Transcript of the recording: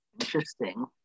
Interesting